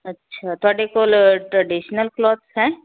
ਅੱਛਾ ਤੁਹਾਡੇ ਕੋਲ ਟ੍ਰਡੀਸ਼ਨਲ ਕਲੌਥਸ ਹੈ